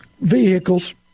vehicles